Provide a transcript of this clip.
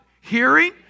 Hearing